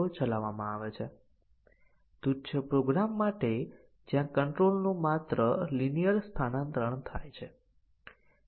શું basic condition coverage નિર્ણયના coverage કરતા વધુ મજબૂત ટેસ્ટીંગ છે